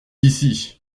d’ici